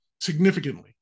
significantly